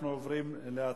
אנחנו עוברים להצבעה.